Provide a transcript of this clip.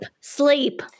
sleep